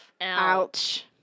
Ouch